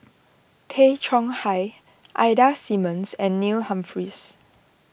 Tay Chong Hai Ida Simmons and Neil Humphreys